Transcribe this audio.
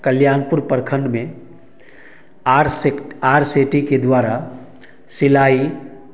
कल्याणपुर प्रखंड में आर सेक्ट आर सी टी के द्वारा सिलाई